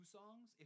songs